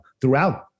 throughout